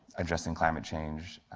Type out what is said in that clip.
addressing climate change,